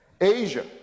Asia